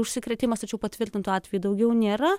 užsikrėtimas tačiau patvirtintų atvejų daugiau nėra